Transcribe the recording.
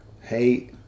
Hey